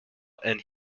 and